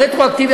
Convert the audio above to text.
הרטרואקטיביות,